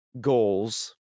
goals